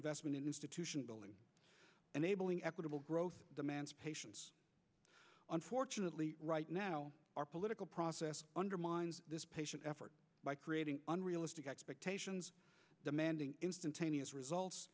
investment in institution building and a building equitable growth demands patience unfortunately right now our political process undermines patient effort by creating unrealistic expectations demanding instantaneous results